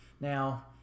Now